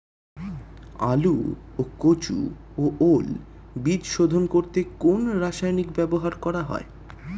আলু ও কচু ও ওল বীজ শোধন করতে কোন রাসায়নিক ব্যবহার করা হয়?